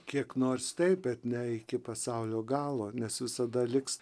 kiek nors taip bet ne iki pasaulio galo nes visada liks